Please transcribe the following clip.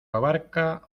abarca